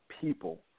people